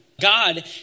God